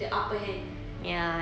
the upper hand